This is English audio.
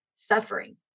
suffering